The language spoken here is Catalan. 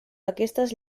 aquestes